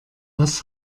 was